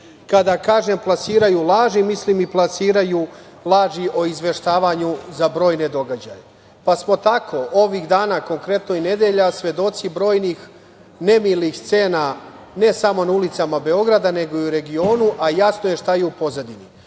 Kada kažem plasiraju laži, mislim i plasiraju laži o izveštavanju za brojne događaje. Tako smo ovih dana, konkretno i nedelja, svedoci brojnih nemilih scena, ne samo na ulicama Beograda, nego i u regionu, a jasno je šta je u pozadini.